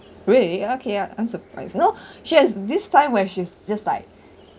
really okay I'm I'm surprised you know she has this time where she's just just like